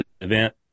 event